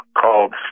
called